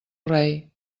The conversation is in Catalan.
rei